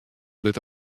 dit